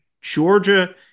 Georgia